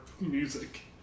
music